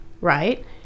right